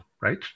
right